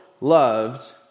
loved